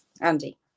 Andy